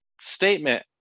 statement